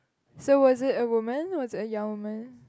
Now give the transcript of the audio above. so was it a woman was it a young woman